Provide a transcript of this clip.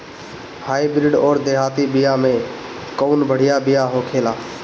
Hybrid अउर देहाती बिया मे कउन बढ़िया बिया होखेला?